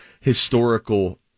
historical